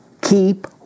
keep